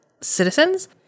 citizens